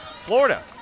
Florida